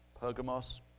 Pergamos